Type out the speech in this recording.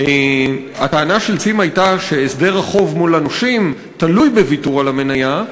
הטענה של "צים" הייתה שהסדר החוב מול הנושים תלוי בוויתור על המניה.